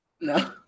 No